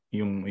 yung